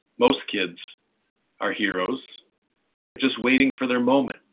most kids are heroes, and they're just waiting for their moment